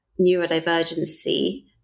neurodivergency